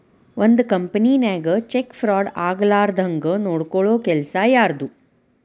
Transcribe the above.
ಒಂದ್ ಕಂಪನಿನ್ಯಾಗ check fraud ಆಗ್ಲಾರ್ದಂಗ್ ನೊಡ್ಕೊಲ್ಲೊ ಕೆಲಸಾ ಯಾರ್ದು?